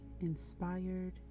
inspired